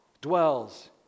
dwells